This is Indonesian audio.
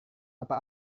apa